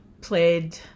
played